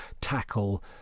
tackle